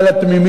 לתמימים,